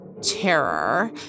terror